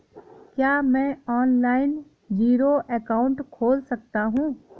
क्या मैं online zero account खोल सकता हूँ?